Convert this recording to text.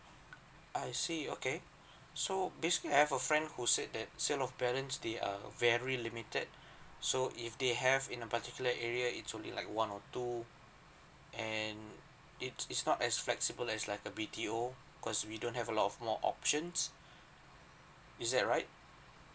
I see okay so basically I have a friend who said that sale of balance they are very limited so if they have in a particular area it's only like one or two and it it's not as flexible as like a B_T_O cause we don't have a lot of more options is that right